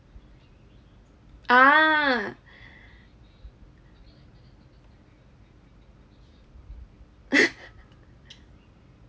ah